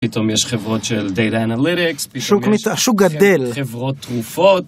פתאום יש חברות של Data Analytics, vשוק גדל, חברות תרופות